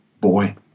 boy